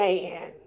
Man